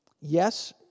Yes